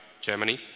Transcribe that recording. Germany